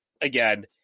Again